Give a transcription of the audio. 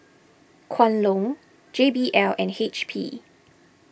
Kwan Loong J B L and H P